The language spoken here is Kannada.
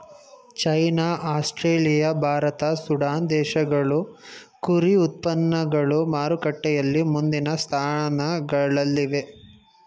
ಚೈನಾ ಆಸ್ಟ್ರೇಲಿಯಾ ಭಾರತ ಸುಡಾನ್ ದೇಶಗಳು ಕುರಿ ಉತ್ಪನ್ನಗಳು ಮಾರುಕಟ್ಟೆಯಲ್ಲಿ ಮುಂದಿನ ಸ್ಥಾನಗಳಲ್ಲಿವೆ